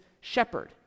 shepherd